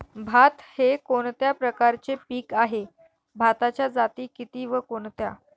भात हे कोणत्या प्रकारचे पीक आहे? भाताच्या जाती किती व कोणत्या?